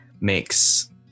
makes